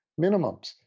minimums